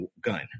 gun